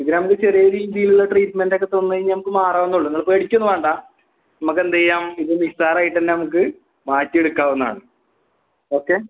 ഇതിനെ നമുക്ക് ചെറിയ രീതീലുള്ള ട്രീറ്റ്മെൻറ്റൊക്കെത്തന്ന് കഴിഞ്ഞാൽ നമുക്ക് മാറാവുന്നൊള്ളു ഇങ്ങൾ പേടിക്കുവൊന്നും വേണ്ട നമുക്കെന്തെയ്യാം ഇത് നിസാരവായിട്ടന്നെ നമുക്ക് മാറ്റിയെടുക്കാവുന്നതാണ് ഓക്കെ